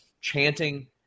chanting